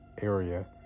area